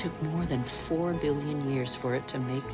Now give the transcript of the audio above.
took more than four billion years for it to make